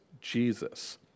Jesus